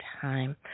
time